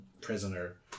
prisoner